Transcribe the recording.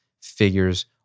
figures